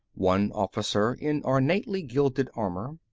one officer in ornately gilded armor,